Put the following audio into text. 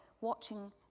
watching